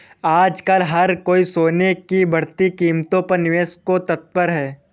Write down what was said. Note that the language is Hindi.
आजकल हर कोई सोने की बढ़ती कीमतों पर निवेश को तत्पर है